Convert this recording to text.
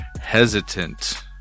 hesitant